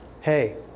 hey